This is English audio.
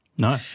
No